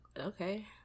okay